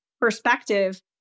perspective